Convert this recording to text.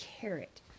carrot